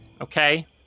okay